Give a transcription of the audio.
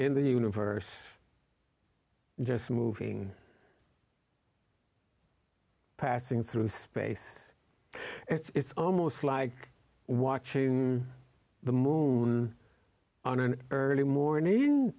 in the universe just moving passing through space it's almost like watching the moon on an early morning